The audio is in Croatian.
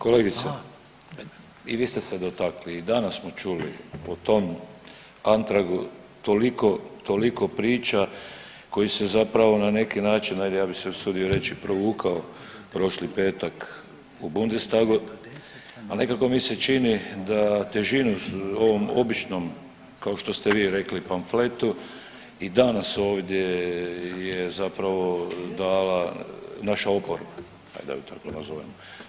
Kolegice i vi ste se dotakli i danas smo čuli o tom antragu toliko, toliko priča koji se zapravo na neki način ajde ja bi se usudio reći provukao prošli petak u Bundestagu, ali nekako mi se čini da težinu ovom običnom kao što ste vi rekli pamfletu i danas ovdje je zapravo dala naša oporba ajde da ju tako nazovemo.